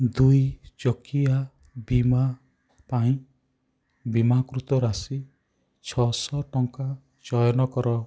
ଦୁଇ ଚକିଆ ବୀମା ପାଇଁ ବୀମାକୃତ ରାଶି ଛଅଶହ ଟଙ୍କା ଚୟନ କର